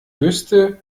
wüsste